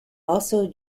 also